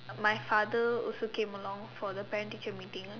my father also came along for the parent teacher meeting